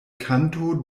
kanto